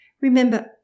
Remember